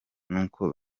n’uko